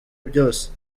byose